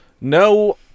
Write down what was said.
No